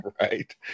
Right